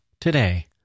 today